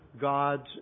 gods